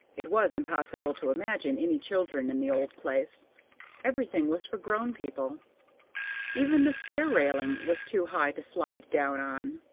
it was impossible to imagine any children in the old place everything was for grown people even the stair-railing was too high to slide down on.